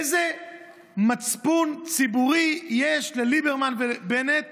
איזה מצפון ציבורי יש לליברמן ולבנט